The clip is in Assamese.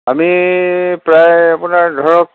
আমি প্ৰায় আপোনাৰ ধৰক